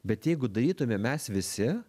bet jeigu darytume mes visi